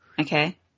Okay